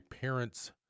parents